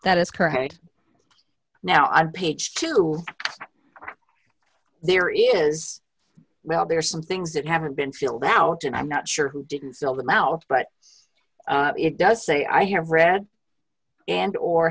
that is correct now on page two there is well there are some things that haven't been filled out and i'm not sure who didn't fill them out but it does say i have read and or